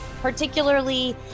particularly